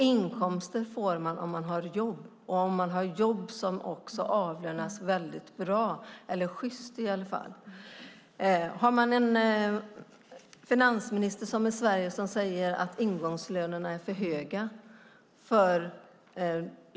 Inkomster får man om man har jobb och om man har jobb som avlönas väldigt bra eller i alla fall sjyst. Vi har en finansminister i Sverige som säger att ingångslönerna är för höga.